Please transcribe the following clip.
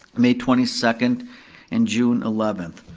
may twenty second and june eleventh.